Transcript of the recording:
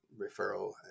referral